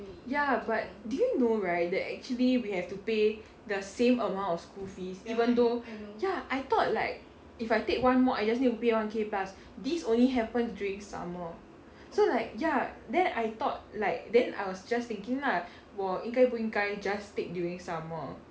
ya but did you know right that actually we have to pay the same amount of school fees even though ya I thought like if I take one mod I just need to pay one K plus this only happens during summer so like ya then I thought like then I was just thinking lah 我应该不应该 just take during summer